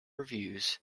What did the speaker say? reviews